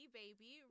baby